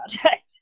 project